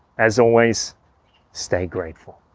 as always stay grateful